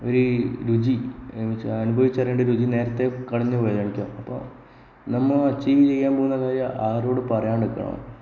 ഒര് രുചി എന്താന്നുവെച്ചാൽ അനുഭവിച്ചറിയാണ്ട് രുചി നേരിട്ട് അപ്പം നമ്മൾ അച്ചീവ് ചെയ്യാൻ പോകുന്ന കാര്യം ആരോടും പറയാതെ നിൽക്കണം